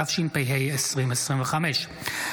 התשפ"ה 2025,